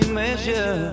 measure